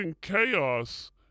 chaos